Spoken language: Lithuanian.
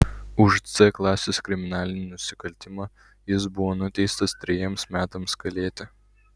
už c klasės kriminalinį nusikaltimą jis buvo nuteistas trejiems metams kalėti